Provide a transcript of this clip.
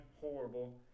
horrible